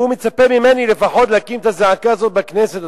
והוא מצפה ממני לפחות להקים את הזעקה הזאת בכנסת,